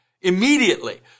immediately